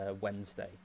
Wednesday